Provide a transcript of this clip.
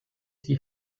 die